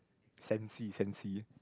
Sancy Sancy